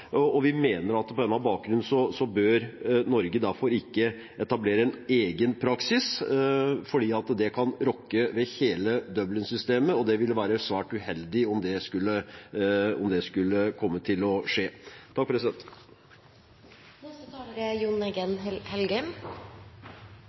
Vi mener på denne bakgrunn at Norge derfor ikke bør etablere en egen praksis, for det kan rokke ved hele Dublin-systemet, og det vil være svært uheldig om det skulle komme til å skje. Det er gledelig å se at et stort flertall står bak innstillingen i denne saken. Det er